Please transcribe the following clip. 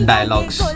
Dialogues